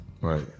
Right